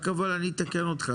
אני רק אתקן איתך,